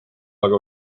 aga